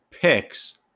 picks